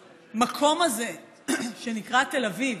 המקום הזה שנקרא תל אביב,